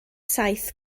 saith